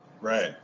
right